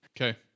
Okay